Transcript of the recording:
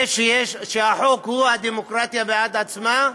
זה שהחוק הוא הדמוקרטיה בעד עצמה,